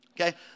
Okay